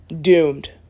Doomed